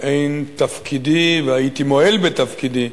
אין תפקידי, והייתי מועל בתפקידי,